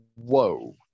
Whoa